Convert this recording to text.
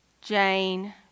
Jane